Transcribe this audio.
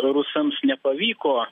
rusams nepavyko